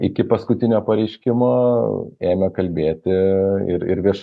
iki paskutinio pareiškimo ėmė kalbėti ir ir viešai